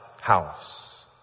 house